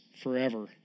forever